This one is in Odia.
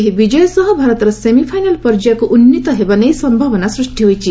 ଏହି ବିଜୟ ସହ ଭାରତର ସେମିଫାଇନାଲ ପର୍ଯ୍ୟାୟକୁ ଉନ୍ନୀତ ହେବା ନେଇ ସମ୍ଭାବନା ସୃଷ୍ଟି ହୋଇଛି